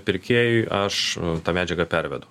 pirkėjui aš tą medžiagą pervedu